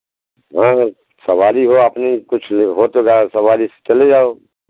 हाँ सवारी हो अपनी कुछ हो तो सवारी से चले जाओ